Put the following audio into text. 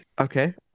Okay